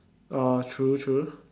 orh true true